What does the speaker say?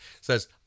says